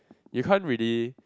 you can't really